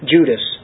Judas